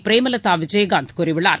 பிரேமலதா விஜயகாந்த் கூறியுள்ளார்